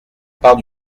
part